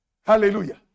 Hallelujah